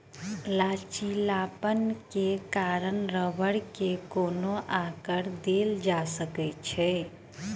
लचीलापन के कारण रबड़ के कोनो आकर देल जा सकै छै